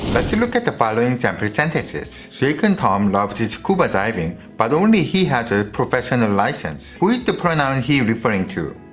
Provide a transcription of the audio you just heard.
but look at the following sample sentences. jake and tom loves scuba diving, but only he has a professional license. who is the pronoun he referring to?